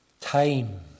Time